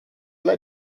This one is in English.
led